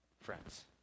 friends